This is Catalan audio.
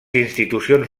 institucions